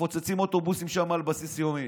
מפוצצים אוטובוסים שם על בסיס יומי,